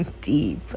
deep